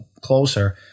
closer